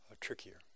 trickier